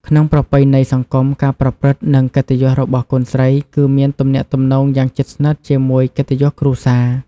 ក្នុងប្រពៃណីសង្គម ការប្រព្រឹត្ត និង កិត្តិយសរបស់កូនស្រីគឺមានទំនាក់ទំនងយ៉ាងជិតស្និទ្ធជាមួយកិត្តិយសគ្រួសារ។